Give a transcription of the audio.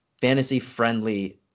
fantasy-friendly